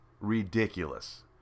ridiculous